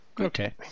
Okay